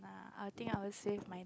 uh I think I will save my